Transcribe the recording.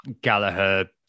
Gallagher